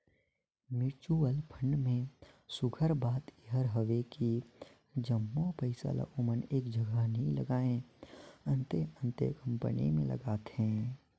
mutual fund में सुग्घर बात एहर हवे कि जम्मो पइसा ल ओमन एक जगहा नी लगाएं, अन्ते अन्ते कंपनी में लगाथें